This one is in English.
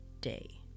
day